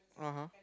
(uh huh)